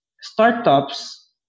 startups